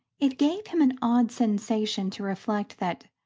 it gave him an odd sensation to reflect that,